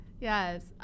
yes